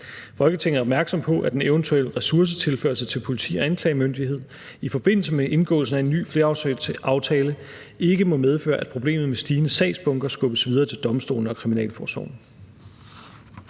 Folketinget er opmærksom på, at en eventuel ressourcetilførsel til politi og anklagemyndighed i forbindelse med indgåelsen af en ny flerårsaftale ikke må medføre, at problemet med stigende sagsbunker skubbes videre til domstolene og kriminalforsorgen